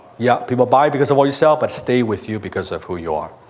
yeah. people buy because of what you sell, but stay with you because of who you are.